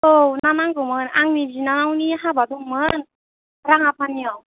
औ ना नांगौमोन आंनि बिनानावनि हाबा दंमोन राङापानियाव